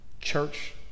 church